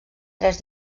tres